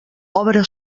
obra